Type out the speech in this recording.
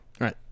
Right